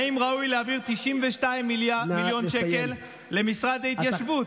האם ראוי להעביר 92 מיליון שקל למשרד להתיישבות?